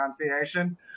pronunciation